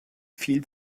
viel